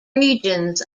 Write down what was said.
regions